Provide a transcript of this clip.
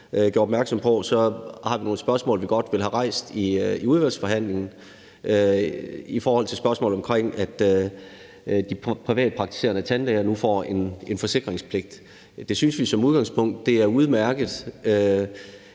har vi nogle spørgsmål, vi godt vil have rejst i udvalgsbehandlingen. Det gælder spørgsmålet om, at de privatpraktiserende tandlæger nu får en forsikringspligt. Det synes vi som udgangspunkt er udmærket,